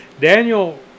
Daniel